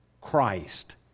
Christ